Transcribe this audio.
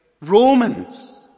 Romans